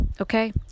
okay